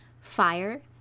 fire